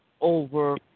over